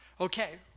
Okay